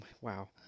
wow